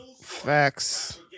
Facts